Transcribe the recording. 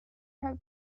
have